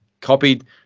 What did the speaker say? copied